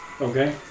Okay